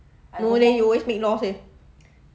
no leh you always make lost eh